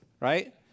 right